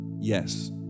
yes